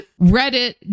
Reddit